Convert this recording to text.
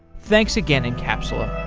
thanks again encapsula